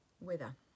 Weather